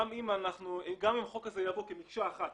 גם אם החוק הזה יעבור כמקשה אחת,